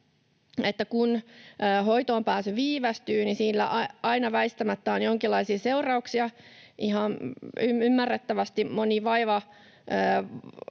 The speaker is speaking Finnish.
että kun hoitoonpääsy viivästyy, niin sillä aina väistämättä on jonkinlaisia seurauksia. Ihan ymmärrettävästi moni vaiva